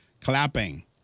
clapping